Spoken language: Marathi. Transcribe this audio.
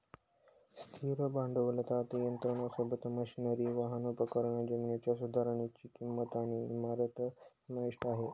स्थिर भांडवलात यंत्रासोबत, मशनरी, वाहन, उपकरण, जमीन सुधारनीची किंमत आणि इमारत समाविष्ट आहे